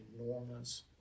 enormous